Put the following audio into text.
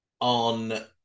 on